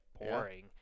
boring